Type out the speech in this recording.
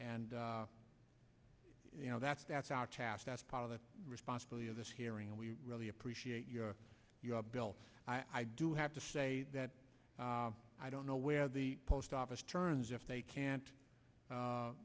and you know that's that's our task that's part of the responsibility of this hearing and we really appreciate your bill i do have to say that i don't know where the post office turns if they can't